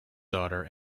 daughter